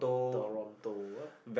Toronto ah